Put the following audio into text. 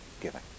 giving